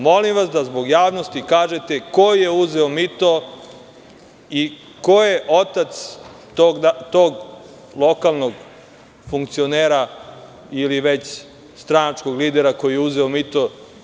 Molim vas da zbog javnosti kažete ko je uzeo mito i ko je otac tog lokalnog funkcionera ili stranačkog lidera koji je uzeo mito?